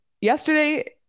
yesterday